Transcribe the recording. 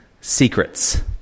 secrets